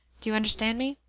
do you understand me?